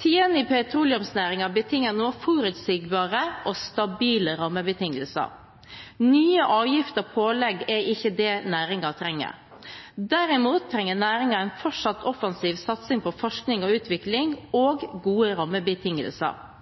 Tidene i petroleumsnæringen betinger nå forutsigbare og stabile rammebetingelser. Nye avgifter og pålegg er ikke det næringen trenger. Derimot trenger næringen en fortsatt offensiv satsing på forskning og utvikling og gode rammebetingelser.